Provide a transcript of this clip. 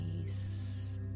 peace